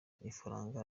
ifaranga